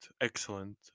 excellent